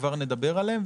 שכבר נדבר עליהם,